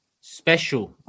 special